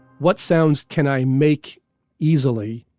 what sounds can i make easily?